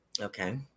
Okay